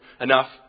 enough